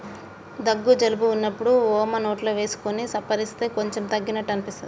దగ్గు జలుబు వున్నప్పుడు వోమ నోట్లో వేసుకొని సప్పరిస్తే కొంచెం తగ్గినట్టు అనిపిస్తది